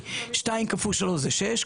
שתיים כפול שלוש זה שש,